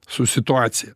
su situacija